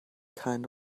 kind